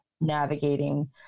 navigating